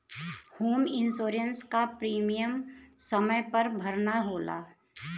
home insurance क premium समय पर भरना होला